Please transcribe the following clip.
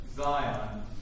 Zion